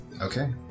Okay